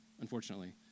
unfortunately